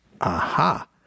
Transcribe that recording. aha